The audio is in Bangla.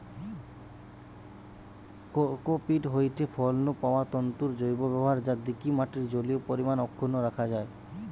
কোকোপীট হয়ঠে ফল নু পাওয়া তন্তুর জৈব ব্যবহার যা দিকি মাটির জলীয় পরিমাণ অক্ষুন্ন রাখা যায়